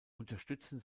unterstützen